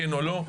כן או לא.